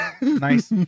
nice